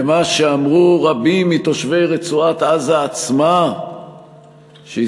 למה שאמרו רבים מתושבי רצועת-עזה עצמה שהסתכלו